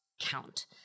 count